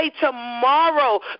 tomorrow